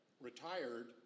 retired